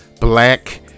Black